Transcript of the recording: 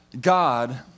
God